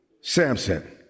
Samson